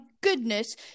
goodness